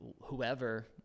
whoever